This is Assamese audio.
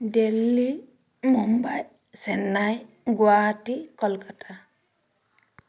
দিল্লী মুম্বাই চেন্নাই গুৱাহাটী কলকাতা